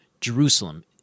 Jerusalem